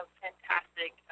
fantastic